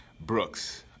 Brooks